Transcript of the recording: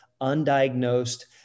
undiagnosed